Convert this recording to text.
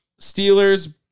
Steelers